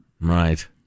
right